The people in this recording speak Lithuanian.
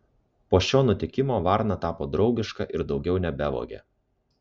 po šio nutikimo varna tapo draugiška ir daugiau nebevogė